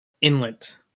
inlet